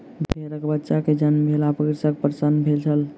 भेड़कबच्चा के जन्म भेला पर कृषक प्रसन्न छल